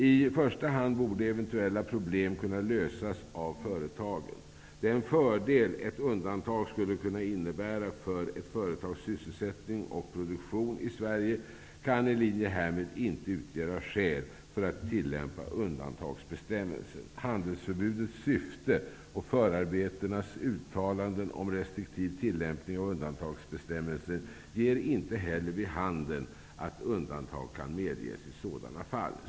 I första hand borde eventuella problem kunna lösas av företagen. Den fördel ett undantag skulle kunna innebära för ett företags sysselsättning och produktion i Sverige kan i linje härmed inte utgöra skäl för att tillämpa undantagsbestämmelsen. Handelsförbudets syfte och förarbetenas uttalanden om en restriktiv tillämpning av undantagsbestämmelsen ger inte heller vid handen att undantag kan medges i sådana fall.''